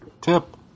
tip